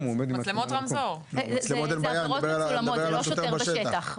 למצלמות רמזור ולא שוטר בשטח.